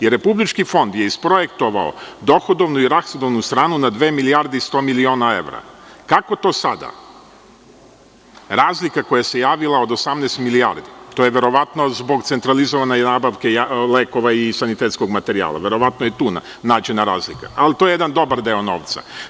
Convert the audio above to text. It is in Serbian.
Republički fond je isprojektovao dohodnu i rashodnu stranu na dve milijarde i 100 miliona evra, kako to sada razlika koja se javila od 18 milijardi, to je verovatno zbog centralizovane nabavke lekova i sanitetskog materijala, verovatno je tu nađena razlika, ali to je jedan dobar deo novca.